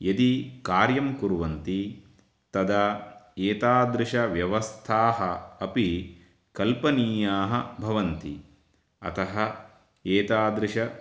यदि कार्यं कुर्वन्ति तदा एतादृशव्यवस्थाः अपि कल्पनीयाः भवन्ति अतः एतादृश